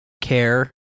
care